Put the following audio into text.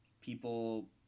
people